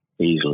easily